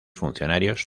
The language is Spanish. funcionarios